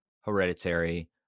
Hereditary